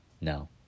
No